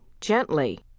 Gently